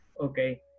Okay